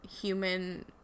human